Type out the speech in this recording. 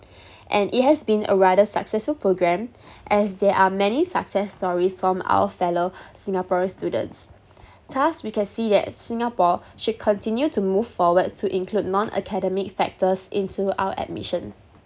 and it has been a rather successful programme as there are many success stories from our fellow singaporean students thus we can see that singapore should continue to move forward to include non academic factors into our admission